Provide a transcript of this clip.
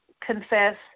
confess